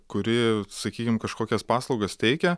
kuri sakykim kažkokias paslaugas teikia